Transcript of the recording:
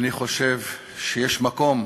אני חושב שיש מקום